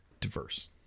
diverse